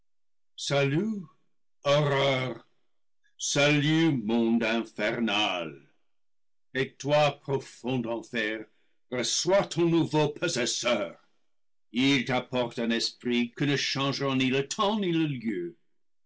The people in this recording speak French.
salut horreurs salut monde infernal et toi profond enfer reçois ton nouveau possesseur il t'ap porte un esprit que ne changeront ni le temps ni le lieu